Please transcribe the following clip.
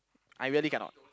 I really cannot